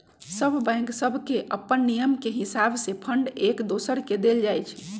सभ बैंक सभके अप्पन नियम के हिसावे से फंड एक दोसर के देल जाइ छइ